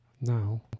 Now